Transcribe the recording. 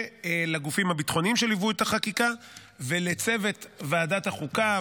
לגופים הביטחוניים שליוו את החקיקה; לצוות ועדת החוקה,